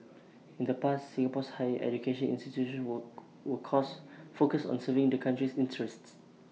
in the past Singapore's higher education institutions were would cause focused on serving the country's interests